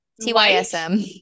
T-Y-S-M